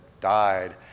died